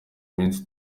iminsi